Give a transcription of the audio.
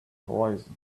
horizon